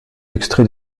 extrait